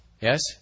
Yes